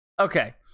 okay